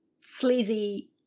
sleazy